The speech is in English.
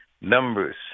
numbers